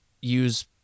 use